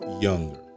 younger